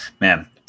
man